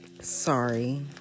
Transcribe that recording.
sorry